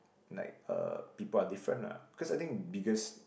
like uh people are different lah cause I think biggest